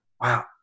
Wow